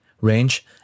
range